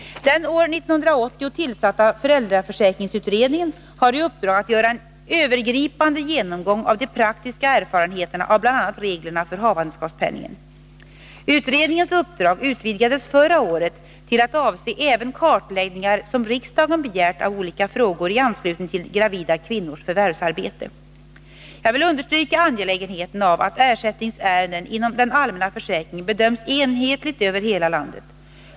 Den år 1980 tillsatta föräldraförsäkringsutredningen har i uppdrag att göra en övergripande genomgång av de praktiska erfarenheterna av bl.a. reglerna för havandeskapspenningen. Utredningens uppdrag utvidgades förra året till att avse även kartläggningar som riksdagen begärt av olika frågor i anslutning till gravida kvinnors förvärvsarbete. Jag vill understryka angelägenheten av att ersättningsärenden inom den allmänna försäkringen bedöms enhetligt över hela landet.